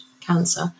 cancer